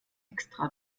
extra